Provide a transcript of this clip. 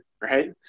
Right